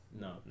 no